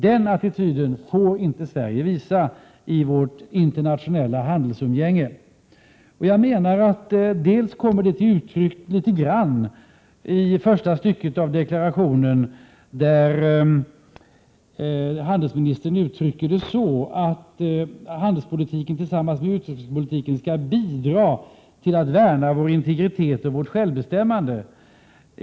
Den attityden får inte Sverige visa i vårt internationella handelsumgänge. Jag menar att det litet grand kommer till uttryck i första stycket av deklarationen, där utrikeshandelsministern formulerar det så, att handelspolitiken tillsammans med utrikespolitiken skall bidra till att värna vår integritet och vårt självbestämmande.